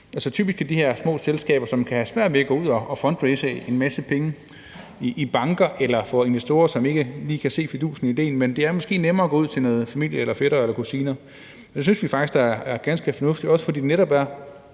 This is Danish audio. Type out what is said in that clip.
er det de her små selskaber, som kan have svært ved at gå ud og fundraise en masse penge i banker eller hos investorer, som ikke lige kan se fidusen i idéen. Det er måske lidt nemmere at række ud til noget familie, fætre eller kusiner. Det synes vi faktisk er ganske fornuftigt, også fordi det netop er